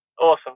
Awesome